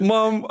Mom